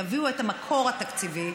תביאו את המקור התקציבי.